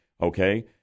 okay